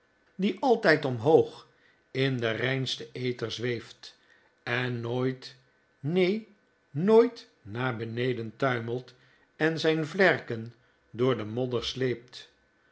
die altijd omhoog in den reinsten aether zweeft en nooit neen nooit naar beneden tuimelt en zijn vlerken door de modder sleept